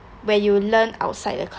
where you learn outside the